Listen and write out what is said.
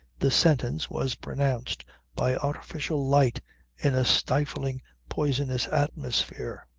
the sentence was pronounced by artificial light in a stifling poisonous atmosphere.